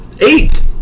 eight